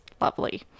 lovely